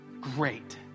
great